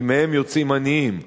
כי מהם יוצאים עניים.